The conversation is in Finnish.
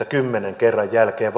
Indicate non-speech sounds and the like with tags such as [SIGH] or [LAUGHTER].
[UNINTELLIGIBLE] kymmenen kerran jälkeen [UNINTELLIGIBLE]